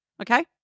Okay